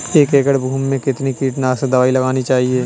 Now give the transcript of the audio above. एक एकड़ भूमि में कितनी कीटनाशक दबाई लगानी चाहिए?